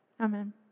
Amen